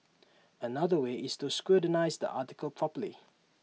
another way is to scrutinise the article properly